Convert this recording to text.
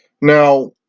Now